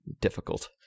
difficult